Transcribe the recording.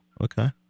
Okay